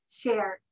share